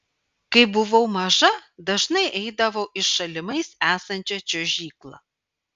kai buvau maža dažnai eidavau į šalimais esančią čiuožyklą